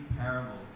parables